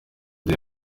the